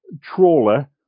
trawler